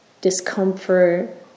discomfort